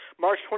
March